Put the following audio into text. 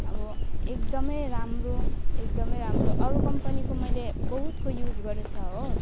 अब एकदम राम्रो एकदम राम्रो अरू कम्पनीको मैले बहुतको युज गरेको छ हो